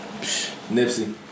Nipsey